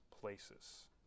places